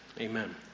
amen